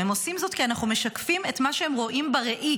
הם עושים זאת כי אנחנו משקפים את מה שהם רואים בראי,